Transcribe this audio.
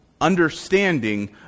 understanding